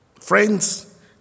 Friends